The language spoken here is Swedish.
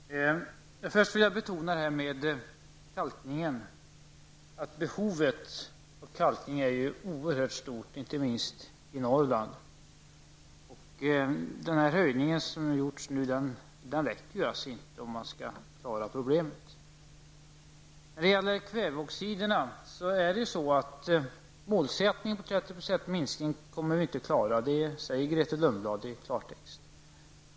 Herr talman! Först vill jag betona att behovet av kalkning är oerhört stort, inte minst i Norrland. Den här höjningen av bidraget till kalkning räcker inte om man skall kunna klara problemen. När det gäller kväveoxiderna förhåller det sig ju så, att målet 30-procentig minskning inte kommer att kunna klaras. Det sade också Grethe Lundblad i klartext.